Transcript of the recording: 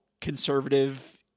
conservative